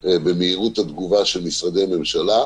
במהירות התגובה של משרדי הממשלה.